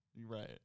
Right